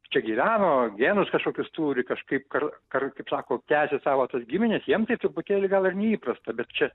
čia gyveno genus kažkokius turi kažkaip kar kar kaip sako tęsia savo tas gimines jiems tai truputėlį gal ir neįprasta bet čia